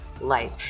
life